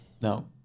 no